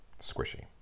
Squishy